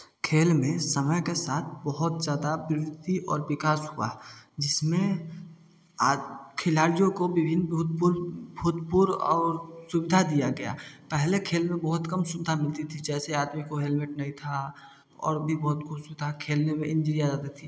खेल में समय के साथ बहुत ज्यादा प्रगति और विकास हुआ जिसमें अ खिलाड़ियों को विभिन्न भूत भूत पूर्व और सुविधा दिया गया पहले खेल में बहुत कम सुविधा मिलती थी जैसे आदमी को हेलमेट नहीं था और भी बहुत कुछ था खेलने में इंजरी आ जाती थी